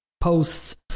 posts